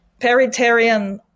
paritarian